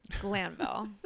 glanville